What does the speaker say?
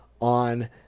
on